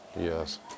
Yes